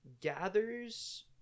gathers